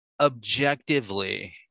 objectively